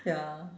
ya